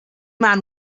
man